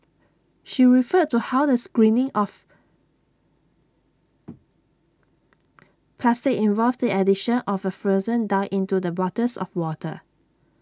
she referred to how the screening of plastic involved the addition of A fluorescent dye into the bottles of water